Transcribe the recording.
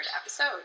episode